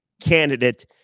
candidate